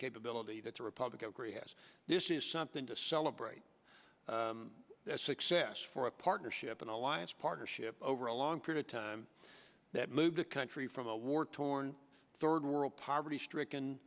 capability that the republican agree has this is something to celebrate success for a partnership an alliance partnership over a long period of time that move the country from a war torn third world poverty stricken